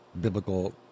biblical